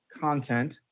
content